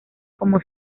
como